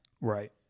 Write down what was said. Right